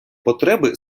потреби